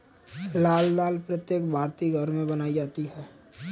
लाल दाल प्रत्येक भारतीय घर में बनाई जाती है